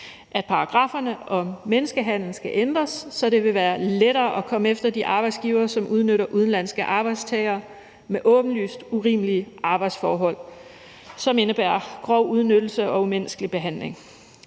at paragrafferne om menneskehandel skal ændres, så det vil være lettere at komme efter de arbejdsgivere, som udnytter udenlandske arbejdstagere med åbenlyst urimelige arbejdsforhold, som indebærer grov udnyttelse og umenneskelig behandling.